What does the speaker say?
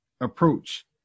approach